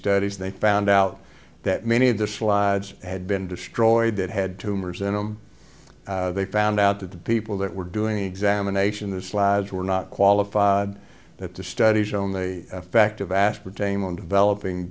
studies they found out that many of the slides had been destroyed that had tumors in them they found out that the people that were doing examination the slides were not qualified that the studies shown the effect of aspartame on developing